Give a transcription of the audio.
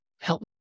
help